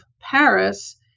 Paris